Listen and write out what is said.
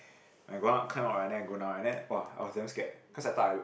I go up kind of like that I go down and then [wah] I was damn scared cause I thought I would